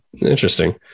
interesting